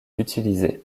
utilisé